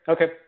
Okay